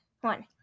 one